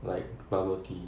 like bubble tea